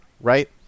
Right